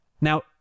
Now